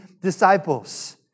disciples